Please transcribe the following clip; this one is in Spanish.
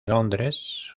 londres